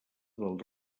del